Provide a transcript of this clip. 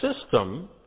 system